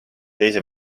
teise